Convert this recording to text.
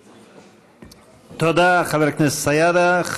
תודה, חבר הכנסת סידה.